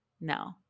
No